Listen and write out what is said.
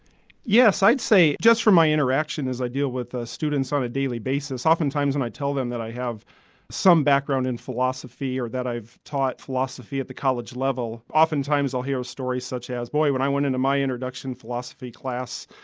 yes, i'd say just from my interaction as i deal with ah students on a daily basis, oftentimes when and i tell them that i have some background in philosophy or that i've taught philosophy at the college level, oftentimes i'll hear a story such as boy when i went into my introduction to philosophy class,